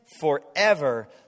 forever